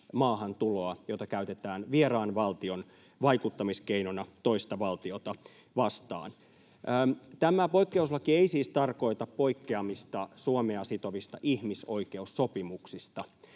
maahantuloa, jota käytetään vieraan valtion vaikuttamiskeinona toista valtiota vastaan. Tämä poikkeuslaki ei siis tarkoita poikkeamista Suomea sitovista ihmisoikeussopimuksista,